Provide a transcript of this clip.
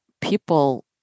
people